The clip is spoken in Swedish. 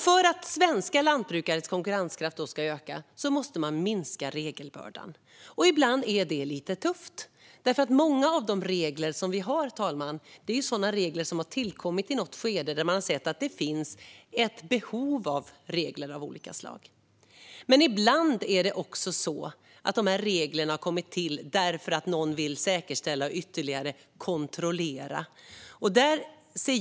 För att svenska lantbrukares konkurrenskraft ska öka måste man minska regelbördan. Ibland är det lite tufft, för många av de regler vi har, fru talman, är sådana som har tillkommit i ett skede där man har sett att det har funnits ett behov. Men ibland har regler kommit till därför att någon vill säkerställa och kontrollera ytterligare.